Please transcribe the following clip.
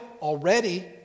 already